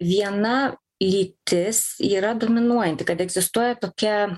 viena lytis yra dominuojanti kad egzistuoja tokia